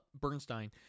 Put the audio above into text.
Bernstein